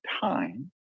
time